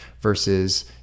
versus